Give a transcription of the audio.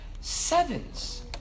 sevens